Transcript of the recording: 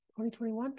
2021